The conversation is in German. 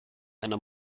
einer